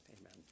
amen